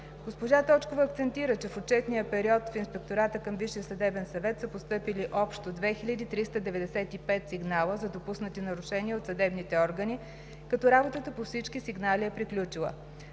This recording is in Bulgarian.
Госпожа Точкова акцентира, че в отчетния период в Инспектората към Висшия съдебен съвет са постъпили общо 2395 сигнала за допуснати нарушения от съдебните органи, като работата по всички сигнали е приключила.